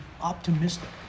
optimistic